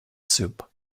soup